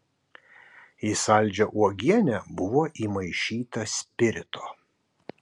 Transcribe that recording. į saldžią uogienę buvo įmaišyta spirito